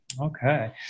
Okay